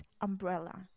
umbrella